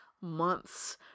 months